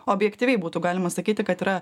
objektyviai būtų galima sakyti kad yra